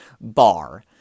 bar